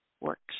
works